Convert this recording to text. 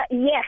Yes